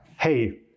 hey